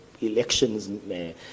elections